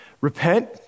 ...repent